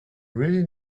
really